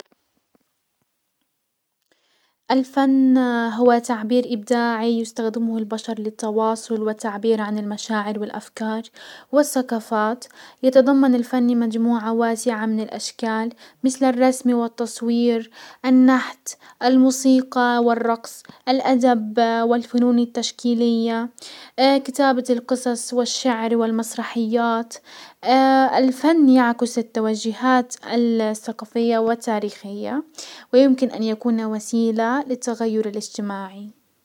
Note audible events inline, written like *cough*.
الفن هو تعبير ابداعي يستخدمه البشر للتواصل والتعبير عن المشاعر والافكار والسقافات. يتضمن الفن مجموعة واسعة من الاشكال مسل الرسم والتصوير النحت و الموسيقى والرقص و الادب والفنون التشكيلية *hesitation* كتابة القصص والشعر والمسرحيات. *hesitation* الفن يعكس التوجهات السقافية والتاريخية ويمكن ان يكون وسيلة للتغير الاجتماعي.